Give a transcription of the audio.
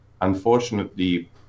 unfortunately